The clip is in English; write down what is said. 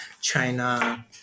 China